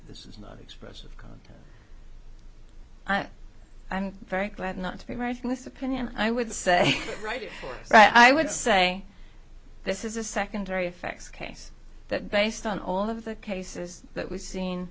this is not expressive i'm very glad not to be writing this opinion i would say right right i would say this is a secondary effects case that based on all of the cases that we've seen